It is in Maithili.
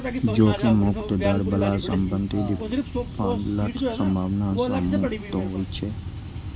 जोखिम मुक्त दर बला संपत्ति डिफॉल्टक संभावना सं मुक्त होइ छै